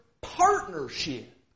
partnership